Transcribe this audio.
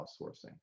outsourcing